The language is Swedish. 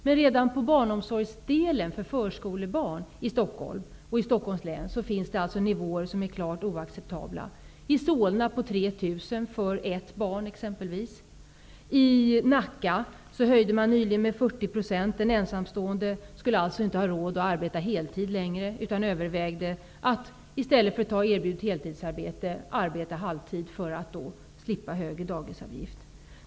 Men redan i fråga om barnomsorg för förskolebarn i Stockholms län finns det nivåer som är klart oacceptabla: exempelvis i Solna 3 000 kr för ett barn. I Nacka höjde man nyligen avgiften med 40 %. En ensamstående förälder skulle alltså inte ha råd att arbeta heltid längre utan övervägde att ta emot erbjudet deltidsarbete och arbeta halvtid för att slippa högre dagisavgifter.